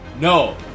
No